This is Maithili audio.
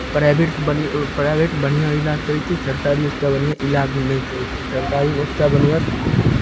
प्राइवेट प्राइवेट बढ़िआँ इलाज तरै छै सरतारी ओतेक बढ़िआँ इलाज नहि तरै छै सरतारी ओतेक बढ़िआँ